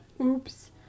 Oops